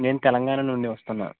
నేను తెలంగాణా నుండి వస్తున్నాను